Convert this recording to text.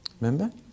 remember